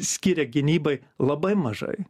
skiria gynybai labai mažai